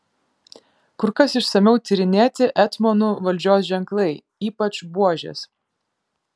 kur kas išsamiau tyrinėti etmonų valdžios ženklai ypač buožės